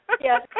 Yes